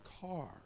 car